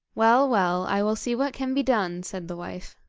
well, well, i will see what can be done said the wife,